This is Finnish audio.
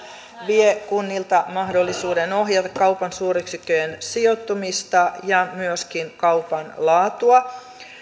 vie kunnilta mahdollisuuden ohjata kaupan suuryksikköjen sijoittumista ja myöskin kaupan laatua